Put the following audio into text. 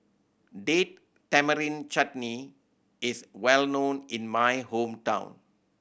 Date Tamarind Chutney is well known in my hometown